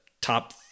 top –